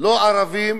לא ערבים